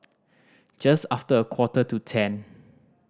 just after a quarter to ten